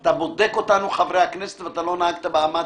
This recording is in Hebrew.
אתה בודק אותנו, חברי הכנסת, ולא נהגת באמת